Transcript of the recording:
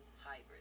hybrid